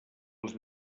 els